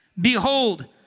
Behold